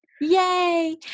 Yay